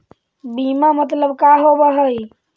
बीमा मतलब का होव हइ?